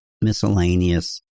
miscellaneous